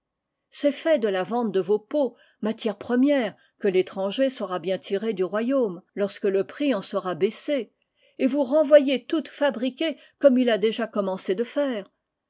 c'est fait de la vente de vos peaux matières premières que l'étranger saura bien tirer du royaume lorsque le prix en sera baissé et vous renvoyer toutes fabriquées comme il a déjà commencé de faire